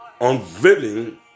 unveiling